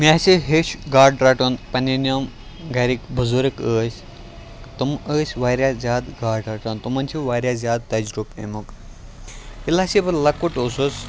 مےٚ ہاسے ہیٚچھ گاڈٕ رَٹُن پنٛنٮ۪ن یِم گَرِکۍ بُزرٕگ ٲسۍ تِم ٲسۍ واریاہ زیادٕ گاڈٕ رَٹان تِمَن چھِ واریاہ زیادٕ تجرُبہٕ اَمیُک ییٚلہِ ہاسے بہٕ لۄکُٹ اوسُس